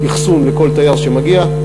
אכסון לכל תייר שמגיע,